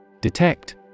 Detect